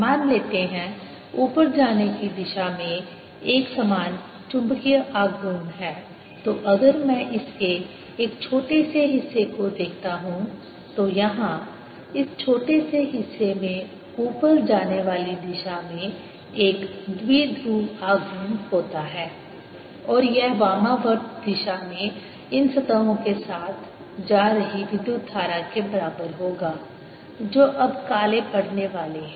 मान लेते हैं ऊपर जाने की दिशा में एकसमान चुंबकीय आघूर्ण है तो अगर मैं इसके एक छोटे से हिस्से को देखता हूं तो यहां इस छोटे से हिस्से में ऊपर जाने वाली दिशा में एक द्विध्रुव आघूर्ण होता है और यह वामावर्त दिशा में इन सतहों के साथ जा रही विद्युत धारा के बराबर होगा जो अब काले पड़ने वाले हैं